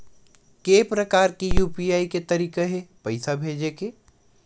के प्रकार के यू.पी.आई के तरीका हे पईसा भेजे के?